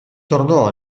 tornò